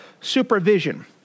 supervision